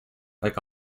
like